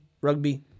rugby